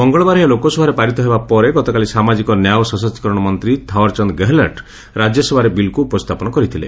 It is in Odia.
ମଙ୍ଗଳବାର ଏହା ଲୋକସଭାରେ ପାରିତ ହେବା ପରେ ଗତକାଲି ସାମାଜିକ ନ୍ୟାୟ ଓ ସଶକ୍ତିକରଣ ମନ୍ତୀ ଥାଓ୍ୱରଚାନ୍ଦ୍ ଗେହଲଟ୍ ରାକ୍ୟସଭାରେ ବିଲ୍କୁ ଉପସ୍ଥାପନ କରିଥିଲେ